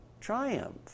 Triumph